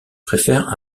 préfèrent